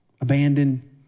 abandoned